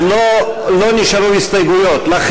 בעד הסתייגות 54,